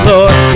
Lord